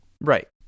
right